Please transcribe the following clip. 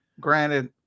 granted